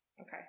Okay